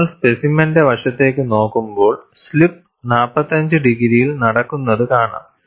നിങ്ങൾ സ്പെസിമെന്റെ വശത്തേക്ക് നോക്കുമ്പോൾ സ്ലിപ്പ് 45 ഡിഗ്രിയിൽ നടക്കുന്നത് കാണാം